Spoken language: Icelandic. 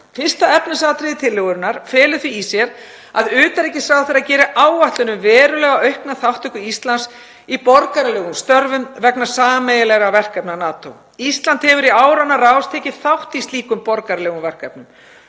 Fyrsta efnisatriði tillögunnar felur því í sér að utanríkisráðherra geri áætlun um verulega aukna þátttöku Íslands í borgaralegum störfum vegna sameiginlegra verkefna NATO. Ísland hefur í áranna rás tekið þátt í slíkum borgaralegum verkefnum.